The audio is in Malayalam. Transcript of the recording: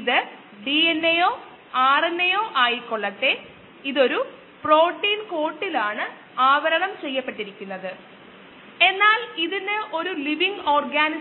ഇത് ആകെ 10 മണിക്കൂറാണ് ഇത് കാണിക്കാൻ 45 മിനിറ്റ് എടുക്കും എല്ലാ ബീജഗണിതവും